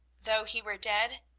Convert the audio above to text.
though he were dead,